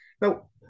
now